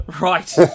Right